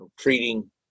treating